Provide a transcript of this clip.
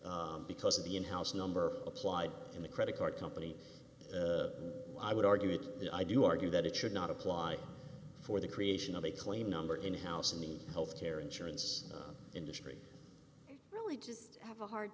value because of the in house number applied in the credit card company i would argue that i do argue that it should not apply for the creation of a claim number in house in the health care insurance industry really just have a hard